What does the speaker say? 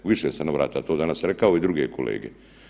U više sam navrata to danas rekao i druge kolege.